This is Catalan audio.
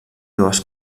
dues